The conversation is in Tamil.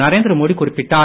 நரேந்திர மோடி குறிப்பிட்டார்